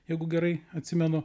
jeigu gerai atsimenu